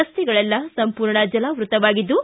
ರಸ್ತೆಗಳೆಲ್ಲ ಸಂಪೂರ್ಣ ಜಲಾವೃತವಾಗಿದ್ದು